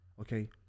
okay